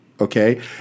Okay